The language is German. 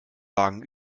lagen